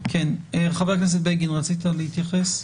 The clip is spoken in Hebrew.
חבר הכנסת בגין, רצית להתייחס?